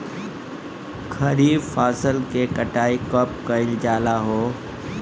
खरिफ फासल के कटाई कब कइल जाला हो?